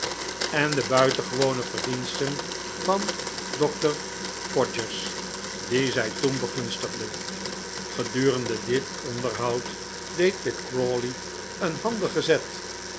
en de buitengewone verdiensten van dr podgers dien zij toen begunstigde gedurende dit onderhoud deed pitt crawley een handigen zet